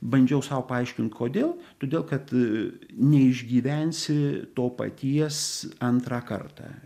bandžiau sau paaiškint kodėl todėl kad neišgyvensi to paties antrą kartą